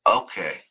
Okay